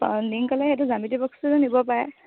অঁ নিম ক'লে সেইটো জ্যামিতিক বক্সটোতো নিব পাৰে